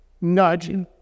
nudge